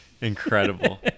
Incredible